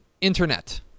internet